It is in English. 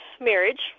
marriage